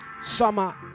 Summer